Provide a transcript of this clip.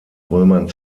römern